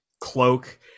cloak